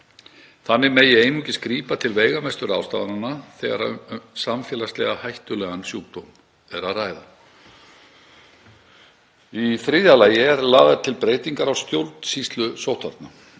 Þannig megi einungis grípa til veigamestu ráðstafana þegar um samfélagslega hættulegan sjúkdóm er að ræða. Í þriðja lagi eru lagðar til breytingar á stjórnsýslu sóttvarna.